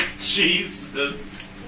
Jesus